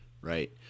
Right